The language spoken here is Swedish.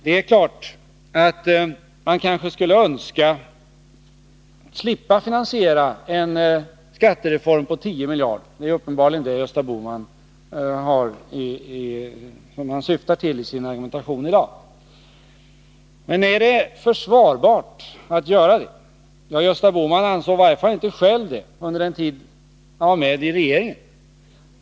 Det är klart att man kanske skulle önska slippa finansiera en skattereform på 10 miljarder — det är uppenbarligen det som Gösta Bohman syftar till i sin argumentation i dag. Men är det försvarbart att göra det? Gösta Bohman själv ansåg i varje fall inte det under den tid han var medi regeringen.